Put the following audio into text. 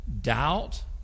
doubt